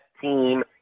team